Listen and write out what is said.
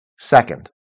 Second